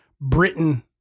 Britain